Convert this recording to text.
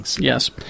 Yes